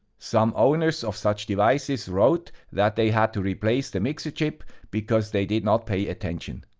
some owners of such devices wrote that they had to replace the mixer chip because they did not pay attention.